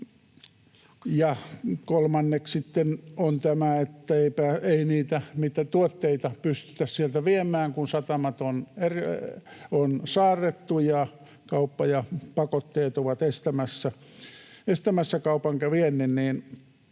tämä, ettei niitä tuotteita pystytä sieltä viemään, kun satamat on saarrettu ja kauppa ja pakotteet ovat estämässä viennin.